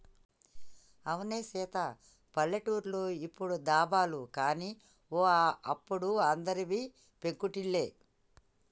అవునే సీత పల్లెటూర్లో ఇప్పుడు దాబాలు గాని ఓ అప్పుడు అందరివి పెంకుటిల్లే